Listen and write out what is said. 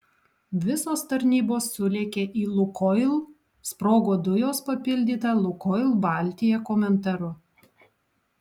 visos tarnybos sulėkė į lukoil sprogo dujos papildyta lukoil baltija komentaru